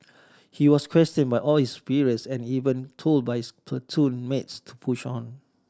he was questioned by all his superiors and even told by his platoon mates to push on